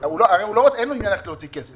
הרי אין לו עניין סתם להוציא כסף,